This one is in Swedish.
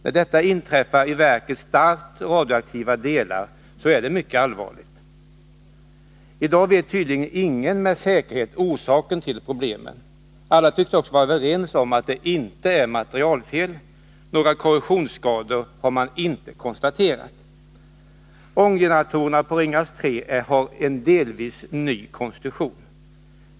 När detta inträffar i verkets starkt radioaktiva delar, är det mycket allvarligt. I dag vet tydligen ingen med säkerhet vad som är orsaken till problemen. Alla tycks dock vara överens om att det inte är materialfel. Några korrosionsskador har man inte konstaterat. Ånggeneratorerna i Ringhals 3 har en delvis ny konstruktion.